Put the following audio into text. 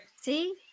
See